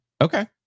Okay